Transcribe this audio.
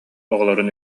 оҕолорун